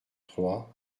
trois